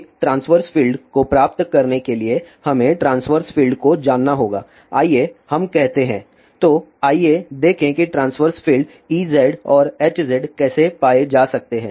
एक transverse field को प्राप्त करने के लिए हमें ट्रांस्वर्स फ़ील्ड्स को जानना होगा आइए हम कहते हैं तो आइए देखें कि ट्रांस्वर्स फ़ील्ड्स Ez और Hz कैसे पाए जा सकते हैं